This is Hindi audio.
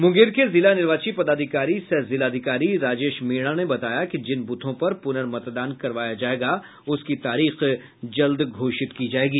मुंगेर के जिला निर्वाची पदाधिकारी राजेश मीणा ने बताया कि जिन बूथों पर पुनर्मतदान करवाया जाएगा उसकी तारीख जल्द घोषित की जायेगी